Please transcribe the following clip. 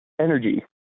energy